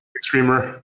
streamer